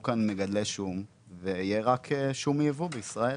כאן מגדלי שום ויהיה רק שום מיובא בישראל.